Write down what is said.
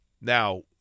Now